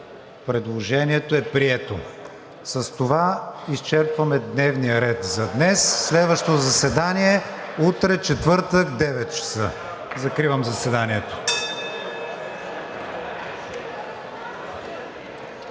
Предложението е прието. С това изчерпваме дневния ред за днес. Следващото заседание е утре, четвъртък, 9,00 ч. Закривам заседанието.